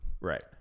Right